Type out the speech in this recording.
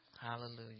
Hallelujah